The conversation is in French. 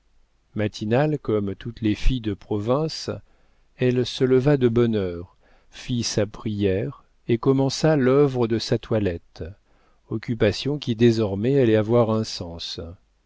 matinale comme toutes les filles de province elle se leva de bonne heure fit sa prière et commença l'œuvre de sa toilette occupation qui désormais allait avoir un sens